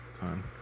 time